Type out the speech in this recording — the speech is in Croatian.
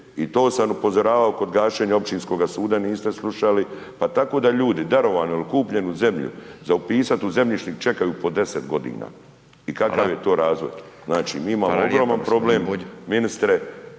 i to sam upozoravao kod gašenja općinskoga suda, niste slušali, pa tako da ljudi darovanu il kupljenu zemlju za upisat u zemljišnim, čekaju po 10.g. …/Upadica: Hvala/…i kakav je to razvoj? Znači …/Upadica: Hvala lijepo g.